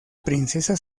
princesa